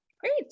Great